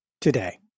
today